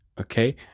okay